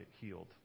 healed